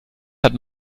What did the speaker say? hat